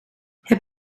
heb